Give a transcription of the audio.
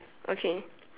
okay